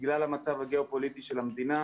בגלל המצב הגיאופוליטי של המדינה,